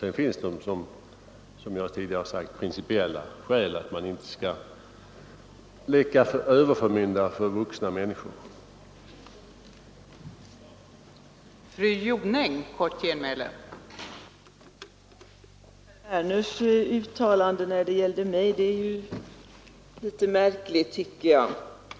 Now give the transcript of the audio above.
Sedan finns det, som jag tidigare sagt, principiella skäl — att man inte skall leka överförmyndare för vuxna rättskapabla människor.